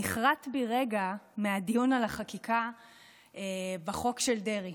נכרת בי רגע מהדיון על החקיקה בחוק של דרעי,